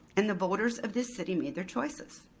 and the voters of this city made their choices.